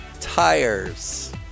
tires